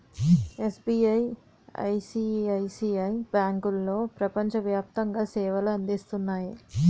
SBI, ICICI బ్యాంకులో ప్రపంచ వ్యాప్తంగా సేవలు అందిస్తున్నాయి